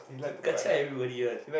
you kacau everybody [one]